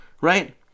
right